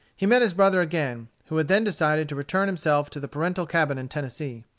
he met his brother again, who had then decided to return himself to the parental cabin in tennessee.